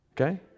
okay